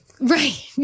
Right